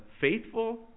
faithful